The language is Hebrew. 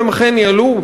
והם אכן ניהלו,